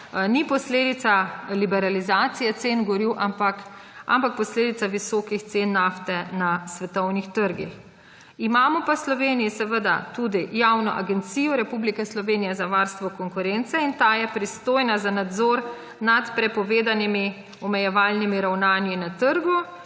ni posledica liberalizacije cen goriv, ampak posledica visokih cen nafte na svetovnih trgih. Imamo pa v Sloveniji seveda tudi Javno agencijo Republike Slovenije za varstvo konkurence in ta je pristojna za nadzor nad prepovedanimi omejevalnimi ravnanji na trgu.